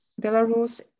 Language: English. Belarus